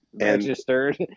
Registered